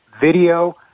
video